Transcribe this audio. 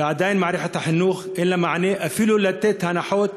עדיין מערכת החינוך, אין לה מענה אפילו לתת הנחות,